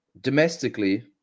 domestically